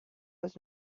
was